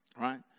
Right